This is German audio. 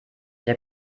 der